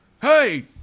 hey